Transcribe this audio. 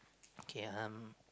K um